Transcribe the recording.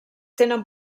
tenen